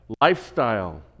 Lifestyle